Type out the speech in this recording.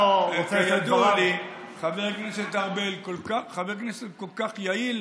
כידוע לי, חבר הכנסת ארבל חבר כנסת כל כך יעיל,